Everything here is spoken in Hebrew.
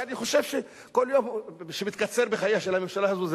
ואני חושב שכל יום שמתקצר בחייה של הממשלה הזאת,